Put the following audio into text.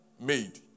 made